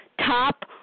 top